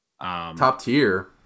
Top-tier